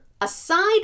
aside